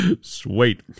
Sweet